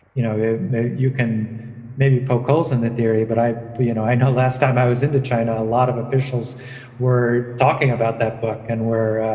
you know, if you can maybe poke holes in that theory. but i you know, i know last time i was into china, a lot of officials were talking about that book and where.